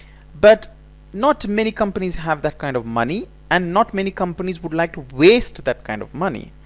but not too many companies have that kind of money and not many companies would like to waste that kind of money.